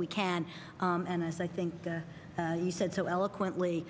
we can and as i think you said so eloquently